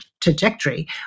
trajectory